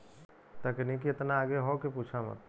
तकनीकी एतना आगे हौ कि पूछा मत